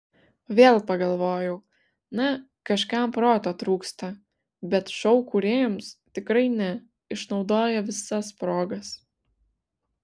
vėl pagalvojau na kažkam proto trūksta bet šou kūrėjams tikrai ne išnaudoja visas progas